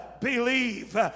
believe